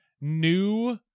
new